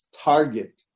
target